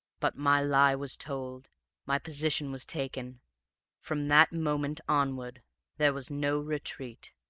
but my lie was told my position was taken from that moment onward there was no retreat.